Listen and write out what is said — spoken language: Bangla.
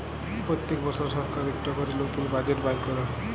প্যত্তেক বসর সরকার ইকট ক্যরে লতুল বাজেট বাইর ক্যরে